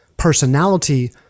personality